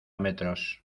metros